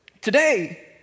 today